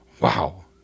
wow